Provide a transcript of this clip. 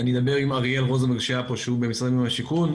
אני אדבר עם אריאל רוזנברג שהיה פה שהוא במשרד הבינוי והשיכון,